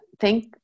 thank